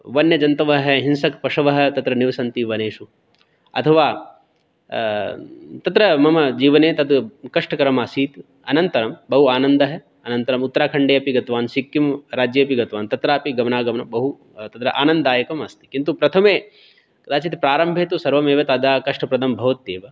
वन्यजन्तवः हिंसकपशवः तत्र निवसन्ति वनेषु अथवा तत्र मम जीवने तद् कष्टकरमासीत् अनन्तरं बहु आनन्दः अनन्तरं उत्तराखण्डेऽपि गतवान् सिक्किम् राज्येऽपि गतवान् तत्रापि गमनागमनं बहु तत्र आनन्ददायकमस्ति किन्तु प्रथमे कदाचित् प्रारम्भे तु सर्वमेव तदा कष्टप्रदं भवति एव